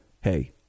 hey